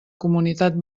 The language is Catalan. comunitat